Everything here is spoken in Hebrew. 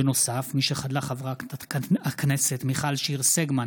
בנוסף, משחדלה חברת הכנסת מיכל שיר סגמן